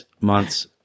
months